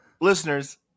Listeners